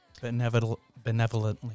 benevolently